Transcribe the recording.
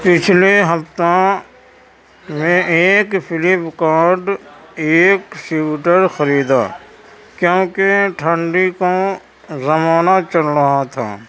پچھلے ہفتہ میں ایک فلپ کارٹ ایک سیوٹر خریدا کیوں کہ ٹھنڈی کا زمانہ چل رہا تھا